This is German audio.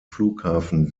flughafen